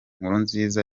nkurunziza